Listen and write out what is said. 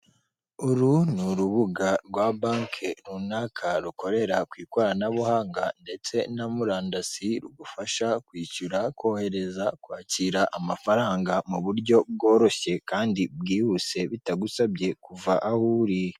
Uru ni urubuga rwa banki runaka rukorera ku ikoranabuhanga ndetse na murandasi rugufasha kwishyura kohereza kwakira amafaranga mu buryo bworoshye kandi bwihuse bitagusabye kuva aho uri.